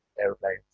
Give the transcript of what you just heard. airplanes